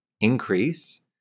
increase